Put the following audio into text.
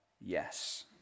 yes